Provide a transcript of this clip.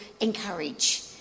encourage